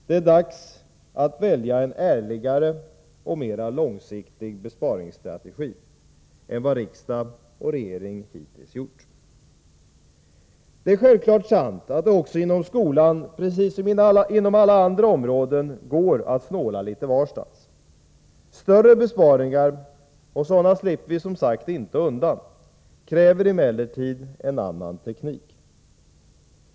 Det är dags 103 att välja en ärligare och mera långsiktig besparingsstrategi än vad riksdag och regering hittills gjort. Det är självklart sant att det också inom skolan — precis som inom alla andra områden — går att snåla litet varstans. Större besparingar — och sådana slipper vi, som sagt, inte undan — kräver emellertid en annan teknik.